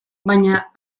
baina